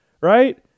Right